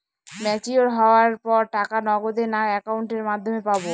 Mature হওয়ার পর টাকা নগদে না অ্যাকাউন্টের মাধ্যমে পাবো?